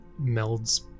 melds